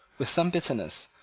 with some bitterness,